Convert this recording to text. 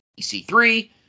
EC3